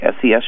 SES